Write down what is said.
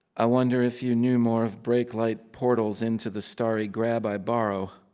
i wonder if you knew more of brake light portals into the starry grab i borrow.